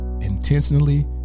intentionally